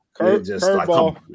Curveball